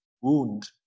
wound